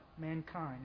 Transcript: Mankind